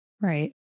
Right